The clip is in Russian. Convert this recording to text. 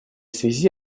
связи